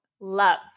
love